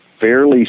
fairly